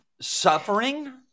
Suffering